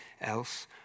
else